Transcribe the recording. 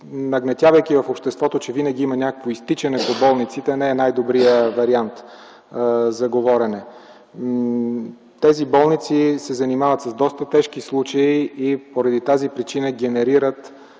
нагнетявайки в обществото, че винаги има някакво изтичане за болниците, не е най-добрият вариант за говорене. Тези болници се занимават с доста тежки случаи и поради тази причина генерират